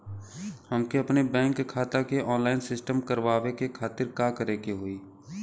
हमके अपने बैंक खाता के ऑनलाइन सिस्टम करवावे के खातिर का करे के होई?